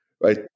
right